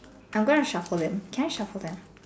I'm gonna shuffle them can I shuffle them